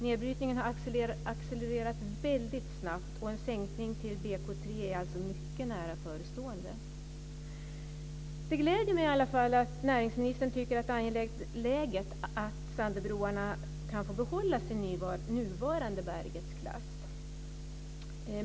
Nedbrytningen har accelererat väldigt snabbt, så en sänkning till bärighetsklass 3 är mycket nära förestående. Det gläder mig i alla fall att näringsministern tycker att det är angeläget att Sandöbroarna kan få behålla sin nuvarande bärighetsklass.